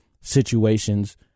situations